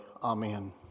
Amen